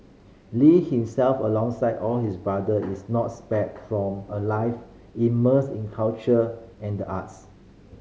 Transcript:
Lee himself alongside all his brother is not spared from a life immersed in culture and the arts